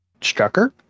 Strucker